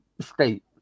state